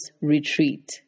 Retreat